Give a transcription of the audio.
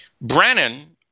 Brennan